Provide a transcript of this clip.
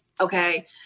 okay